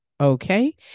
okay